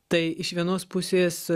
tai iš vienos pusės